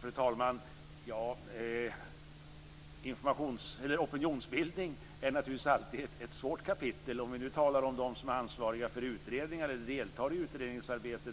Fru talman! Opinionsbildning är alltid ett svårt kapitel. De som ansvarar för eller deltar i utredningsarbete